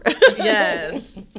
Yes